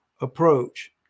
approach